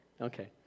Okay